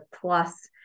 plus